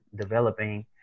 developing